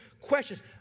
questions